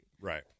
Right